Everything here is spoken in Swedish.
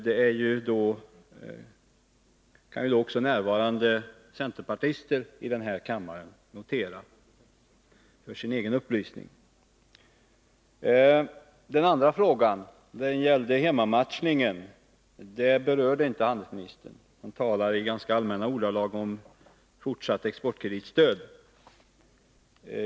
Det kan ju då också i kammaren närvarande centerpartister notera för sin egen upplysning. Den andra frågan, som gällde hemmamatchningen, berörde inte handelsministern. Han talade i ganska allmänna ordalag om fortsatt exportkreditstöd.